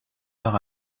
par